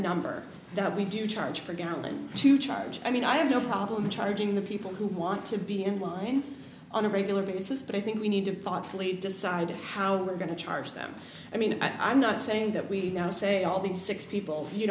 number that we do charge per gallon to charge i mean i have no problem charging the people who want to be in line on a regular basis but i think we need to fight fully decide how we're going to charge them i mean i'm not saying that we now say all these six people you